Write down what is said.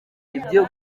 ibyo